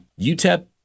UTEP